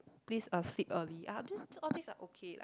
please uh sleep early ya just all these are okay like